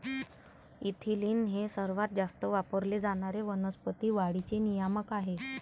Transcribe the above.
ethylene हे सर्वात जास्त वापरले जाणारे वनस्पती वाढीचे नियामक आहे